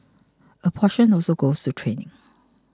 a portion also goes to training